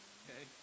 okay